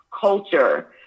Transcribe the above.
culture